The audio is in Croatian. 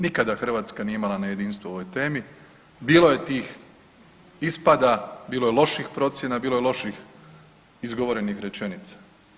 Nikada Hrvatska nije imala na jedinstvo u ovoj temi, bilo je tih ispada, bilo je loših procjena, bilo je loših izgovorenih rečenica.